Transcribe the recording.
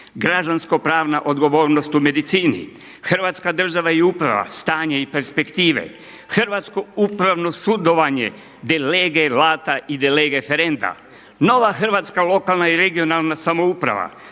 „Građanskopravna odgovornost u medicini“, „Hrvatska država i uprava stanje i perspektive“, „Hrvatsko upravno sudovanje de lege lata i de lege ferenta“, „Nova hrvatska lokalna i regionalna samouprava“,